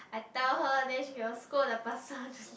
I tell her then she will scold the person